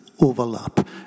overlap